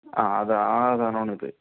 ആ അതാ ആ സാധനം ആണ് ഇത്